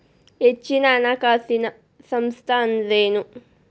ಹೆಚ್ಚಿನ ಹಣಕಾಸಿನ ಸಂಸ್ಥಾ ಅಂದ್ರೇನು?